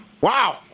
Wow